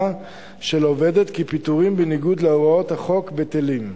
של עובדת כי פיטורים בניגוד להוראות החוק בטלים.